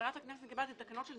עבירת הקנס נקבעת בתקנות של